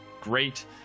great